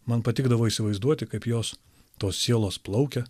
man patikdavo įsivaizduoti kaip jos tos sielos plaukia